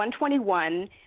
121